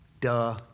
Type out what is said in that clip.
duh